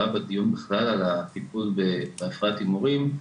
ביון בכלל על הטיפול בהפרעת הימורים,